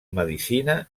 medicina